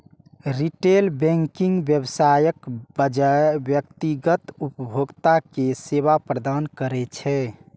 retail banking व्यवसायक बजाय व्यक्तिगत उपभोक्ता कें सेवा प्रदान करै छै